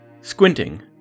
Squinting